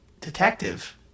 Detective